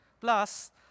Plus